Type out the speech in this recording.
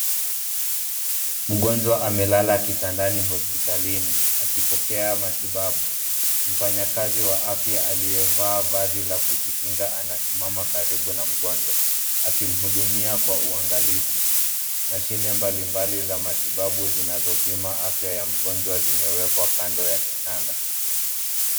Mgonjwa amelala kitandani hospitalini akipokea matibabu, mfanyikazi wa afya aliye vaa vazi la kujikinga ana simama karibu na mgonjwa akimhudumia kwa uangalifu. Mashine mbalimbali za matibabu zinazo pima afya ya magonjwa zime ekwa kando ya kitanda.